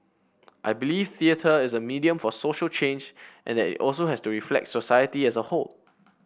I believe theatre is a medium for social change and that it also has to reflect society as a whole